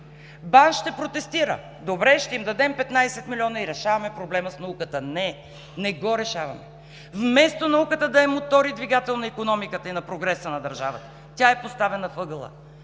БАН ще протестира – добре, ще им дадем 15 милиона и решаваме проблема с науката. Не, не го решаваме! Вместо науката да е мотор и двигател на икономиката и на прогреса на държавата, тя е поставена в ъгъла.